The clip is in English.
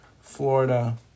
Florida